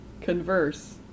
converse